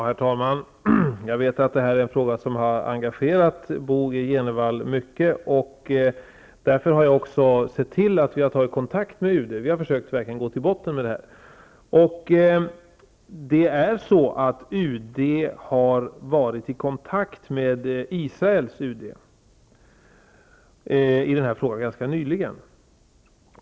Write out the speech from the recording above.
Herr talman! Jag vet att detta är en fråga som har engagerat Bo G Jenevall mycket. Jag har därför sett till att vi tagit kontakt med UD för att verkligen gå till botten med detta. Svenska UD har varit i kontakt med Israels UD i den här frågan ganska nyligen.